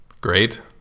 great